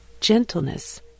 gentleness